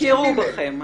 הכירו בכם.